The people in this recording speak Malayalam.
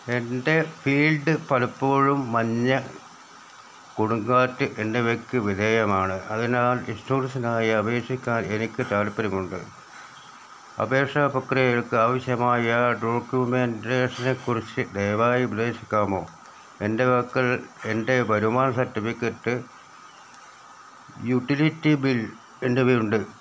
എൻ്റെ ഫീൽഡ് പലപ്പോഴും മഞ്ഞ് കൊടുങ്കാറ്റ് എന്നിവയ്ക്ക് വിധേയമാണ് അതിനാൽ ഇൻഷുറൻസിനായി അപേക്ഷിക്കാൻ എനിക്ക് താൽപ്പര്യമുണ്ട് അപേക്ഷാ പ്രക്രിയക്കാവശ്യമായ ഡോക്യുമെൻ്റേഷനെക്കുറിച്ച് ദയവായി ഉപദേശിക്കാമോ എൻ്റെ പക്കൽ എൻ്റെ വരുമാന സർട്ടിഫിക്കറ്റ് യൂട്ടിലിറ്റി ബിൽ എന്നിവയുണ്ട്